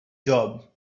job